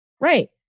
Right